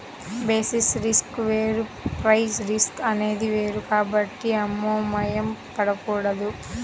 basis risk వేరు price risk అనేది వేరు కాబట్టి అయోమయం పడకూడదు